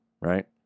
right